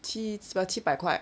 七七八百块